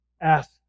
Ask